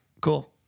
cool